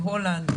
בהולנד,